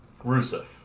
Rusev